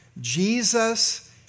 Jesus